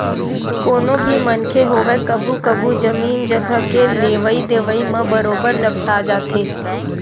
कोनो भी मनखे होवय कभू कभू जमीन जघा के लेवई देवई म बरोबर लपटा जाथे